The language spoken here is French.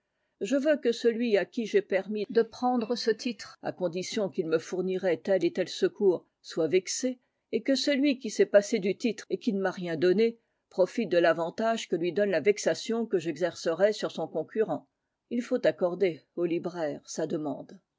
je veux que celui à qui j'ai permis de prendre ce titre à condition qu'il me fournirait tel et tel secours soit vexé et que celui qui s'est passé du titre et qui ne m'a rien donné profite de l'avantage que lui donne la vexation que j'exercerai sur son concurrent il faut accorder au libraire sa demande